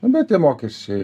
nu bet tie mokesčiai